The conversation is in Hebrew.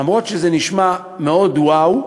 למרות שזה נשמע מאוד "וואו",